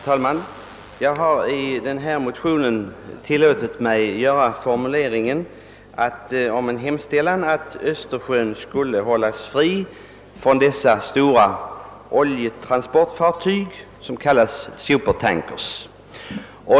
Herr talman! Jag har i den motion som ligger till grund för förevarande utlåtande tillåtit mig hemställa att Östersjön skulle hållas fri från trafik av stora oljetransportfartyg av typen supertankers.